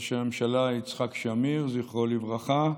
ראש הממשלה יצחק שמיר, זכרו לברכה,